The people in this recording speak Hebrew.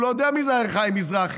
הוא הרי לא יודע מי זה חיים מזרחי.